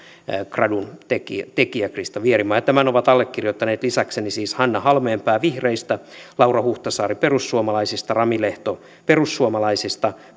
graduntekijä krista vierimaa ja tämän ovat allekirjoittaneet lisäkseni siis hanna halmeenpää vihreistä laura huhtasaari perussuomalaista rami lehto perussuomalaisista